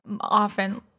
often